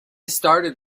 started